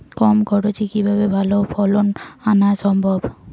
কম খরচে কিভাবে ভালো ফলন আনা সম্ভব?